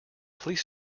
please